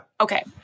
Okay